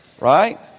right